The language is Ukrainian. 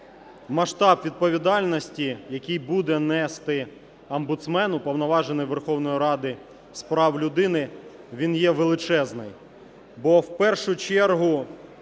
масштаб відповідальності, який буде нести омбудсмен, Уповноважений Верховної Ради з прав людини, він є величезний,